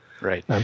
Right